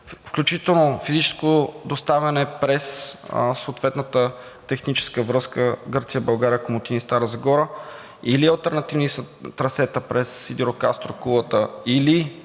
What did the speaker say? включително физическо доставяне през съответната техническа връзка Гърция – България, Комотини – Стара Загора или алтернативни трасета през Сидерокастро – Кулата или